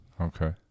Okay